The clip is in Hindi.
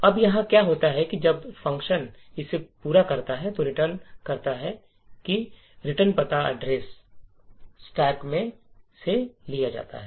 अब यहां क्या होता है कि जब फ़ंक्शन इसे पूरा करता है और रिटर्न करता है तो रिटर्न पता स्टैक से लिया जाता है